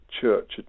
church